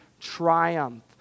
triumph